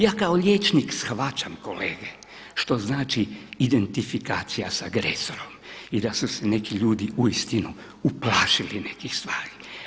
Ja kao liječnik shvaćam kolege što znači identifikacija sa agresorom i da su se neki ljudi uistinu uplašili nekih stvari.